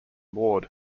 ward